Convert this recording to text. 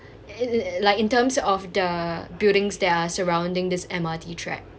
it it like in terms of the buildings that are surrounding this M_R_T track